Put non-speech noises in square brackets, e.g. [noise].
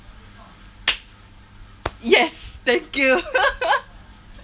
[noise] yes thank you [laughs]